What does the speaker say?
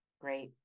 Great